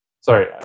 Sorry